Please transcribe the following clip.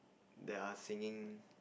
that are singing